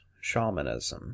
shamanism